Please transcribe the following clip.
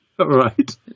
right